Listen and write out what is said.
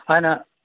होइन